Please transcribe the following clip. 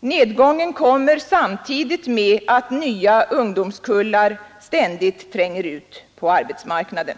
Nedgången kommer samtidigt med att nya ungdomskullar ständigt tränger ut på arbetsmarknaden.